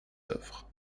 œuvres